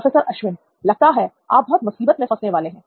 processor Ashwin लगता है आप बहुत मुसीबत में फंसने वाले हैं